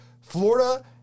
Florida